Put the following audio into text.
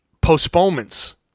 postponements